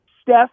Steph